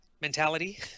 mentality